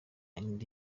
indi